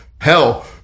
hell